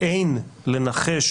ואין לנחש"